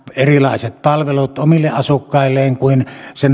erilaiset palvelut omille asukkailleen kuin se